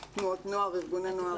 תנועות נוער, ארגוני נוער.